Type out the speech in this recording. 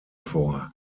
vor